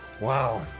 Wow